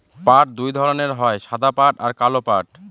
পাট দুই ধরনের হয় সাদা পাট আর কালো পাট